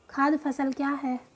खाद्य फसल क्या है?